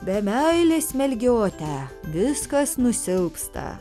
be meilės mergiotę viskas nusilpsta